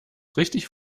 richtig